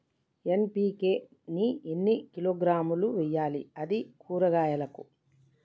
NPK ని ఎన్ని కిలోగ్రాములు వెయ్యాలి? అది కూరగాయలకు?